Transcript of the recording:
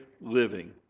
living